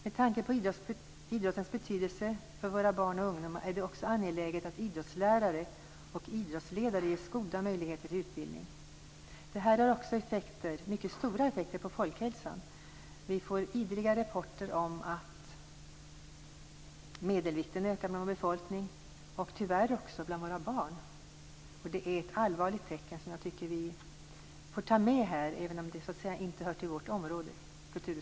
Med tanke på idrottens betydelse för våra barn och ungdomar är det också angeläget att idrottslärare och idrottsledare ges goda möjligheter till utbildning. Detta får även mycket stora effekter för folkhälsan. Ideligen får vi rapporter om att medelvikten ökar hos befolkningen. Tyvärr gäller det också våra barn. Det är ett allvarligt tecken som jag tycker att vi får ta med här även om det inte hör till kulturutskottets område.